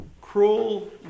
cruel